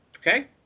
Okay